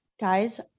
guys